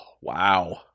wow